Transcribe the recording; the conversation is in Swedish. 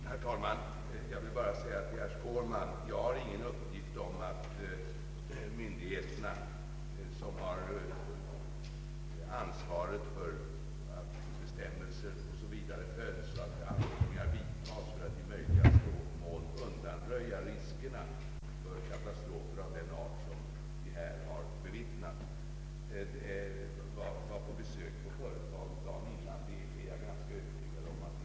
Herr talman! Jag vill bara säga till herr Skårman att jag inte har någon uppgift om att myndigheterna, som har ansvaret för att bestämmelser etc. efterföljs och att anordningar vidtas för att i möjligaste mån undanröja riskerna för katastrofer av den art vi har bevittnat, var på besök på företaget dagen innan olyckan inträffade. Jag är ganska övertygad om att det är en missuppfattning.